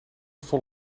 vol